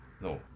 No